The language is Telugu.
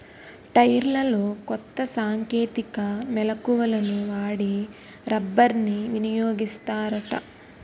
టైర్లలో కొత్త సాంకేతిక మెలకువలను వాడి రబ్బర్ని వినియోగిస్తారట